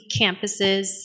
campuses